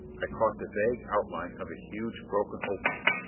i caught the vague outline of a huge broken opening,